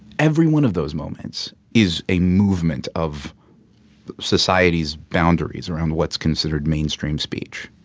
every one of those moments is a movement of society's boundaries around what's considered mainstream speech